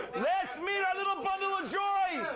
let's meet our little bundle of joy,